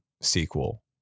sequel